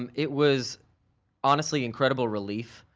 um it was honestly incredible relief.